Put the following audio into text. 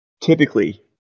typically